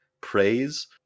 praise